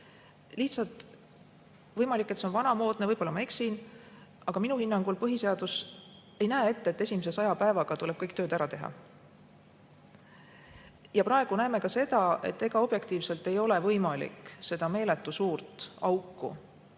arusaadav. Võimalik, et see on vanamoodne, võib-olla ma eksin, aga minu hinnangul põhiseadus ei näe ette, et esimese 100 päevaga tuleb kõik tööd ära teha. Praegu näeme ka seda, et ega objektiivselt ei ole võimalik seda meeletu suurt auku,